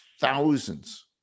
thousands